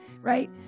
right